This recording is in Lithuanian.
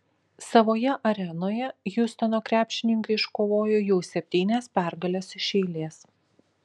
savoje arenoje hjustono krepšininkai iškovojo jau septynias pergales iš eilės